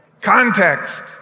Context